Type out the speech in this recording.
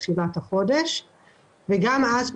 גם אז,